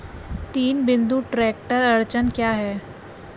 तीन बिंदु ट्रैक्टर अड़चन क्या है?